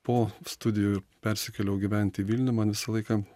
po studijų persikėliau gyvent į vilnių man visą laiką